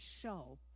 show